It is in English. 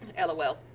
LOL